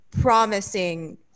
promising